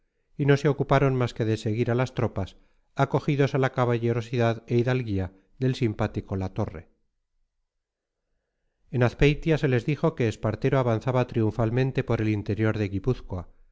ocuparon más que de seguir a las tropas acogidos a la caballerosidad e hidalguía del simpático la torre en azpeitia se les dijo que espartero avanzaba triunfalmente por el interior de